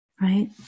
right